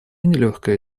нелегкая